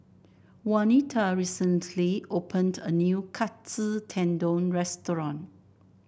Jaunita recently opened a new Katsu Tendon Restaurant